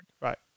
Right